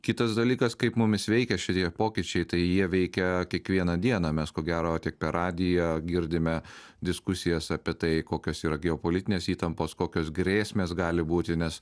kitas dalykas kaip mumis veikia šitie pokyčiai tai jie veikia kiekvieną dieną mes ko gero tik per radiją girdime diskusijas apie tai kokios yra geopolitinės įtampos kokios grėsmės gali būti nes